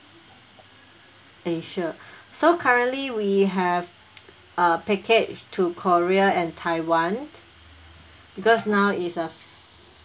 asia so currently we have uh package to korea and taiwan because now is uh